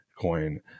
coin